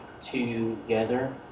Together